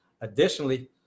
Additionally